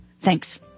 Thanks